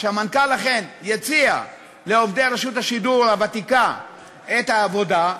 המנכ"ל יציע לעובדי רשות השידור הוותיקה את העבודה,